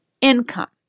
income